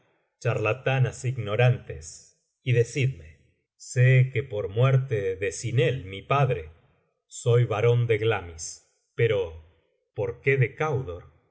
charlatanas ignorantes y decidme sé que por muerte de sinel mi padre soy barón de glamis pero por qué de caudor